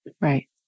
Right